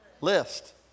list